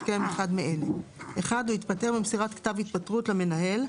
בהתקיים אחד מאלה: (1) הוא התפטר במסירת כתב התפטרות למנהל,